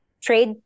trade